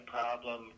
problem